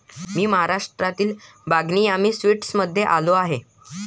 मी महाराष्ट्रातील बागनी यामी स्वीट्समध्ये आलो आहे